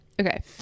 okay